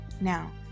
Now